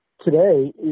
Today